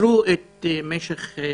קיצרו את משך התורנות.